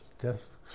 death